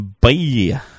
Bye